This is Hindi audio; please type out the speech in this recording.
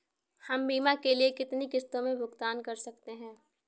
हम बीमा के लिए कितनी किश्तों में भुगतान कर सकते हैं?